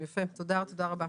תודה רבה.